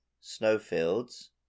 snowfields